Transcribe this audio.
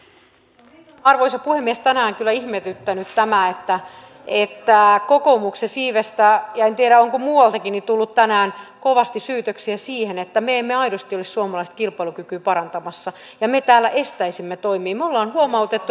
meitä on arvoisa puhemies tänään kyllä ihmetyttänyt tämä että kokoomuksen siivestä ja en tiedä onko muualtakin on tullut kovasti syytöksiä siihen että me emme aidosti ole suomalaista kilpailukykyä parantamassa ja että me täällä estäisimme toimia